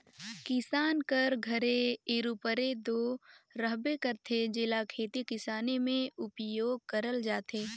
किसान कर घरे इरूपरे दो रहबे करथे, जेला खेती किसानी मे उपियोग करल जाथे